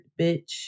bitch